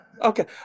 Okay